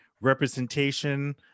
representation